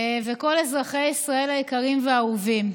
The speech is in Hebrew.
וכל אזרחי ישראל היקרים והאהובים,